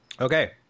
Okay